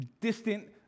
distant